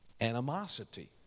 animosity